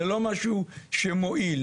זה לא משהו שמועיל.